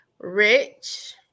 Rich